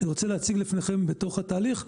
אני רוצה להציג בפניכם בתוך התהליך,